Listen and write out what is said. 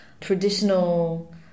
traditional